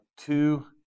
Two